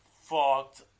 fucked